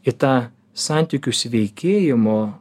į tą santykių sveikėjimo